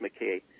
McKay